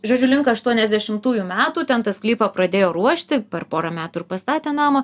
žodžiu link aštuoniasdešimtųjų metų ten tą sklypą pradėjo ruošti per pora metų ir pastatė namą